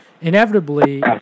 inevitably